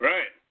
Right